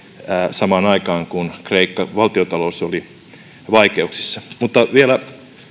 samaan aikaan kun kreikan valtiontalous oli vaikeuksissa mutta vielä